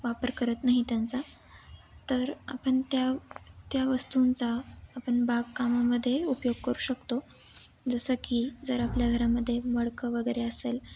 वापर करत नाही त्यांचा तर आपण त्या त्या वस्तूंचा आपण बागकामामध्ये उपयोग करू शकतो जसं की जर आपल्या घरामध्ये मडकं वगैरे असेल